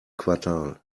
quartal